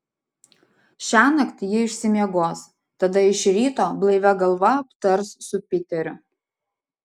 šiąnakt ji išsimiegos tada iš ryto blaivia galva aptars su piteriu